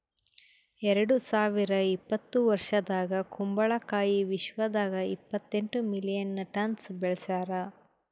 ಎರಡು ಸಾವಿರ ಇಪ್ಪತ್ತು ವರ್ಷದಾಗ್ ಕುಂಬಳ ಕಾಯಿ ವಿಶ್ವದಾಗ್ ಇಪ್ಪತ್ತೆಂಟು ಮಿಲಿಯನ್ ಟನ್ಸ್ ಬೆಳಸ್ಯಾರ್